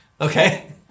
Okay